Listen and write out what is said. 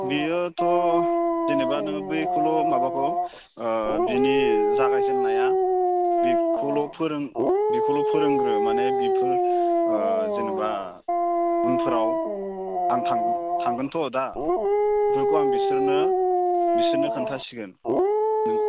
बियोथ' जेनेबा नोङो बैखौल' माबाखौ बिनि जागायजेननाया बेखौल' फोरों बेखौल' फोरोंग्रो माने बेफोर जेनेबा उनफोराव आं थांगोनथ' दा बेफोरखौ आं बिसोरनो खोनथासिगोन नों